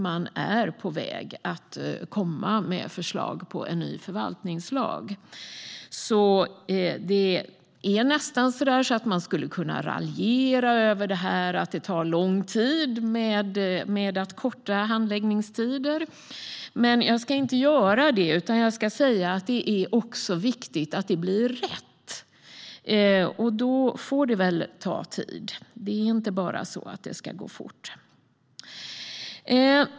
Man är på väg att komma med förslag på en ny förvaltningslag. Det är nästan så att man skulle kunna raljera över att det tar lång tid att korta handläggningstider, men jag ska inte göra det. I stället ska jag säga att det också är viktigt att det blir rätt. Då får det väl ta tid. Det är inte bara så att det ska gå fort.